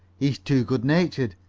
he's too good-natured.